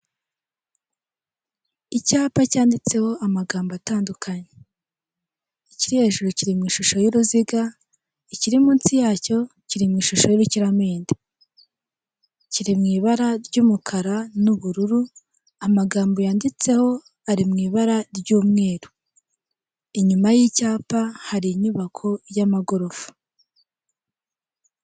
Icyapa cyanditseho amagambo atandukanye, ikiri hejuru kiri mu ishusho y'uruziga, ikiri munsi yacyo kiri mu ishusho y'ubukiramende, kiri mu ibara ry'umukara n'ubururu, amagambo yanditseho ari mu ibara ry'umweru, inyuma y'icyapa hari inyubako y'amagorofa.